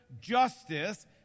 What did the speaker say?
justice